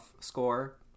score